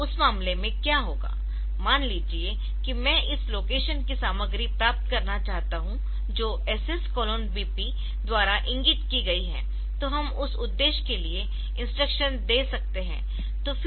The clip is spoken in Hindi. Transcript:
तो इस मामले में क्या होगा मान लीजिए कि मैं इस लोकेशन की सामग्री प्राप्त करना चाहता हूं जो SS BP द्वारा इंगित की गई है तो हम उस उद्देश्य के लिए इंस्ट्रक्शन दे सकते है